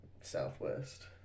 Southwest